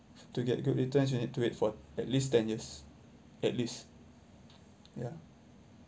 to get good returns you need to wait for at least ten years at least ya